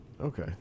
Okay